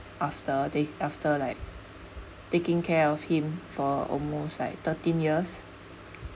after they after like taking care of him for almost like thirteen years